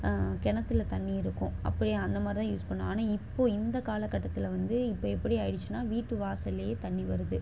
கிணத்துல தண்ணி இருக்கும் அப்பயே அந்த மாதிரி தான் யூஸ் பண்ணுவேன் ஆனால் இப்போது இந்த காலக்கட்டத்தில் வந்து இப்போ எப்படி ஆகிடுச்சின்னா வீட்டு வாசல்லேயே தண்ணி வருது